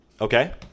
Okay